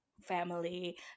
family